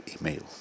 email